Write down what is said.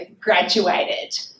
graduated